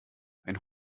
ein